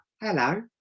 hello